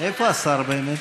איפה השר, באמת?